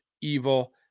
Evil